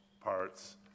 parts